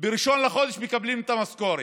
מקבלים ב-1 לחודש את המשכורת,